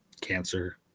Cancer